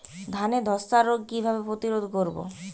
ধানে ধ্বসা রোগ কিভাবে প্রতিরোধ করব?